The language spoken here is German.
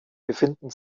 befinden